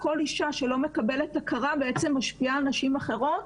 כל אישה שלא מקבלת הכרה בעצם משפיעה על נשים אחרות